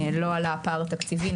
לא עלה הפער התקציבי.